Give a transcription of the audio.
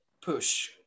Push